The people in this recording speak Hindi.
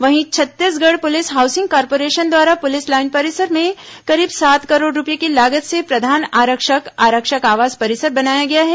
वहीं छत्तीसगढ़ पुलिस हाउसिंग कार्पोरेशन द्वारा पुलिस लाइन परिसर में करीब सात करोड़ रूपये की लागत से प्रधान आरक्षक आरक्षक आवास परिसर बनाया गया है